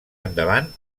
endavant